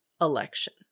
election